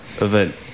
event